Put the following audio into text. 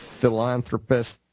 philanthropist